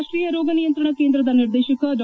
ರಾಷ್ಷೀಯ ರೋಗ ನಿಯಂತ್ರಣ ಕೇಂದ್ರದ ನಿರ್ದೇಶಕ ಡಾ